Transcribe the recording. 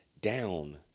down